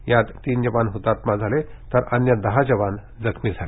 यात तीन जवान हुतात्मा झाले तर अन्य दहा जवान जखमी झाले